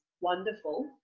wonderful